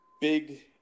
Big –